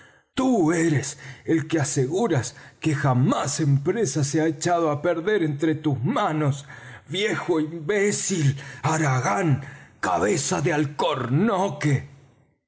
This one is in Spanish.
tú eres el que aseguras que jamás empresa se ha echado á perder entre tus manos viejo imbécil haragán cabeza de alcornoque